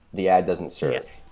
the ad doesn't surf,